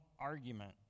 argument